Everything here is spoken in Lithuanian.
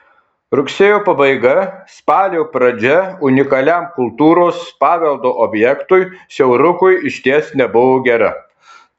rugsėjo pabaiga spalio pradžia unikaliam kultūros paveldo objektui siaurukui išties nebuvo gera